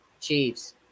Chiefs